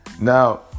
Now